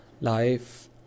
life